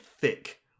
thick